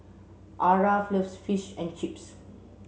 Aarav loves Fish and Chips